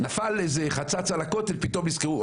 נפל איזה חצץ על הכותל, פתאום נזכרו.